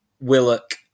Willock